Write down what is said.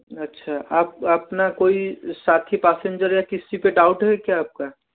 अच्छा आप आपना कोई साथी पासेंजर या किसी पे डाउट है क्या आपका